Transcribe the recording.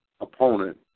opponent